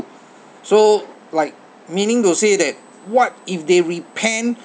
so like meaning to say that what if they repent